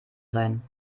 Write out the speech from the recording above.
sein